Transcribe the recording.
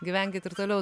gyvenkit ir toliau